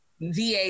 VA